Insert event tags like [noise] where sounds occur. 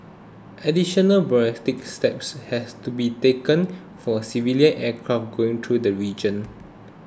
additional [unintelligible] steps have to be taken for civilian aircraft going through the region